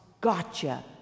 gotcha